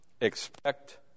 Expect